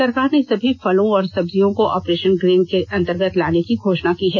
सरकार ने सभी फलों और सब्जियों को आपरेशन ग्रीन के अंतर्गत लाने की घोषणा की है